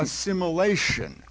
assimilation